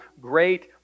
great